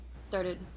started